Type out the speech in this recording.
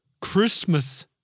Christmas